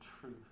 truth